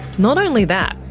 not only that,